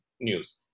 news